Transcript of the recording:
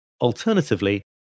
alternatively